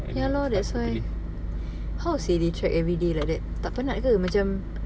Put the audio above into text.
I think it's hard to believe